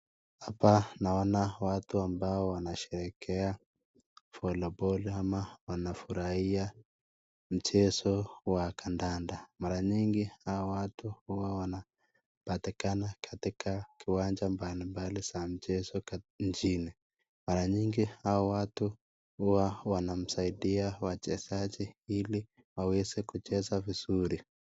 Hapa naona watu ambao wanasherehekea voliboli ama wanafurahia mchezo wa kandanda, mara nyingi hawa watu huwa wanapatikana katika kiwanja mbalimbali za mchezo nchini, mara nyingi hawa watu huwa wanamsaidia wachezaj ili waweze kucheza vizuri.